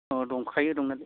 अह दंखायो दंनायालाय